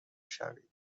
شوید